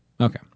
Okay